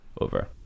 over